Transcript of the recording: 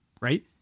right